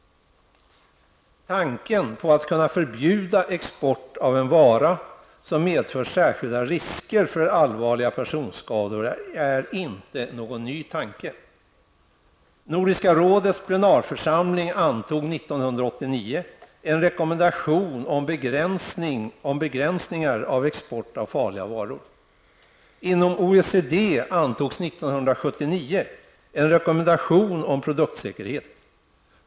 Tanken att kunna förbjuda export av en vara som medför särskilda risker för allvarliga personskador är inte ny. Nordiska rådets plenarförsamling antog 1989 en rekommendation om begränsningar av export av farliga varor. Inom OECD antogs 1979 en rekommendation om produktsäkerhet.